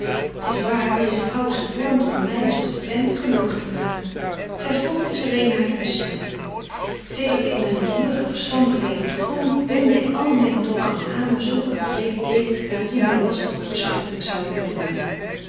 t is waar deeze vrouw is gevormt om my zo als ik ben gelukkig te maken zy volgt dus alleen hare bestemming zedert ik myn gevoelig en verstandig leven begon wendde ik alle myne pogingen aan om zulke gebreken tegen te gaan die my lastig of bespottelyk zouden kunnen maken